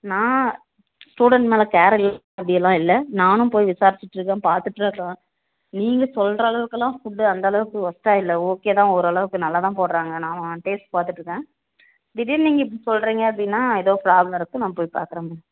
நான் ஸ்டூடண்ட் மேலே கேர் இல்லாமையெல்லாம் இல்லை நானும் போய் விசாரிச்சிட்டு பார்த்துட்டு தான் நீங்கள் சொல்றலவுக்குலாம் ஃபுட்டு அந்தளவுக்கெல்லாம் ஒஸ்ட்டாக இல்லை ஓகே தான் ஓரளவுக்கு நல்லா தான் போடுறாங்க நான் டேஸ்ட் பார்த்துட்டுருக்கன் திடீர்ன்னு நீங்கள் இப்படி சொல்லுறிங்க அப்படின்னா எதோ ப்ராப்ளம் இருக்கு நான் போய் பார்க்குறன்